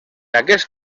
aquest